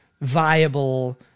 viable